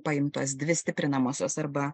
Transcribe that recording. paimtos dvi stiprinamosios arba